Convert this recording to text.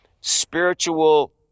Spiritual